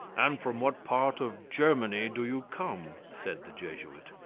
and from what part of germany do you come? said the jesuit.